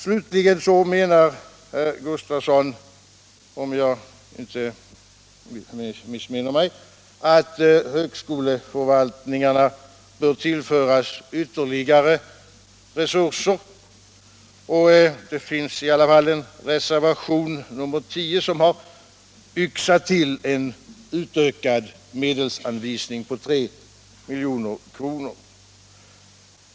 Slutligen menar herr Gustafsson i Barkarby, om jag inte missminner mig, att högskoleförvaltningarna bör tillföras ytterligare resurser. Det finns en reservation, nr 10, som har yxat till en utökad medelsanvisning på 3 milj.kr.